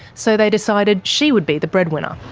so they decided she would be the breadwinner.